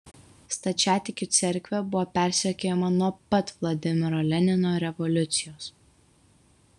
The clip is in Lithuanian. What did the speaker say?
stačiatikių cerkvė buvo persekiojama nuo pat vladimiro lenino revoliucijos